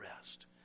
rest